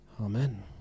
Amen